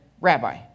Rabbi